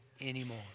anymore